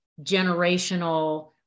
generational